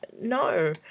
No